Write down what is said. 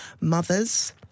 mothers